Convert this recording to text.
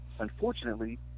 Unfortunately